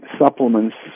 supplements